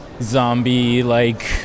zombie-like